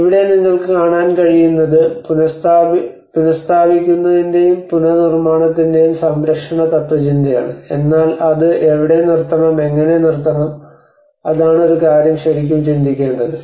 ഇവിടെ നിങ്ങൾക്ക് കാണാൻ കഴിയുന്നത് പുനഃസ്ഥാപിക്കുന്നതിന്റെയും പുനർനിർമ്മാണത്തിൻറെയും സംരക്ഷണ തത്ത്വചിന്തയാണ് എന്നാൽ അത് എവിടെ നിർത്തണം എങ്ങനെ നിർത്താം അതാണ് ഒരു കാര്യം ശരിക്കും ചിന്തിക്കേണ്ടത്